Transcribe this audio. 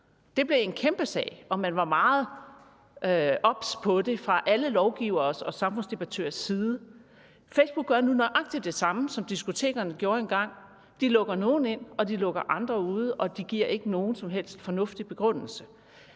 Det blev en kæmpe sag, og man var meget obs på det fra alle lovgiveres og samfundsdebattørers side. Facebook gør nu nøjagtig det samme, som diskotekerne gjorde engang: De lukker nogle ind, og de lukker andre ude – og de giver ikke nogen som helst fornuftig begrundelse